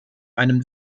einem